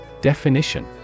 Definition